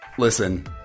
Listen